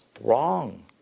Wrong